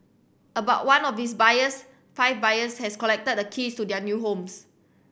about one of these buyers five buyers has collected the keys to their new homes